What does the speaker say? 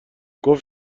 گفت